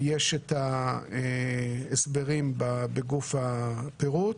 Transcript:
יש ההסברים בגוף הפירוט.